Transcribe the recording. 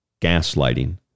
gaslighting